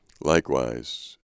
Likewise